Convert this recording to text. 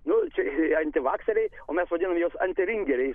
nu čia antivakseriai o mes vadinam juos antiringeriais